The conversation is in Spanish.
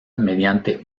mediante